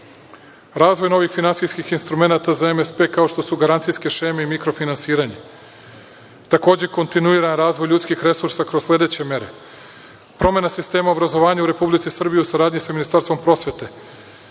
razvoj finansijskih instrumenata za MSPP kao što su garancijske šeme i mikrofinansiranje. Takođe, kontinuirani razvoj ljudskih resursa kroz sledeće mere. Promena sistema obrazovanja u Republici Srbiji u saradnji sa Ministarstvom prosvete.